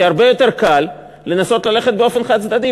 כי הרבה יותר קל לנסות ללכת באופן חד-צדדי.